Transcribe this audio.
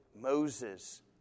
Moses